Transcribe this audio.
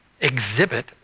exhibit